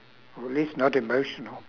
or at least not emotional